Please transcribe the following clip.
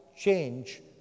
change